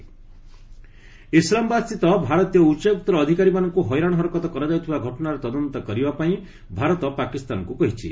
India Pak ଇସ୍ଲାମାବାଦସ୍ଥିତ ଭାରତୀୟ ଉଚ୍ଚାୟୁକ୍ତର ଅଧିକାରୀମାନଙ୍କୁ ହଇରାଣ ହରକତ କରାଯାଉଥିବା ଘଟଣାର ତଦନ୍ତ କରିବାପାଇଁ ଭାରତ ପାକିସ୍ତାନକୁ କହିଛି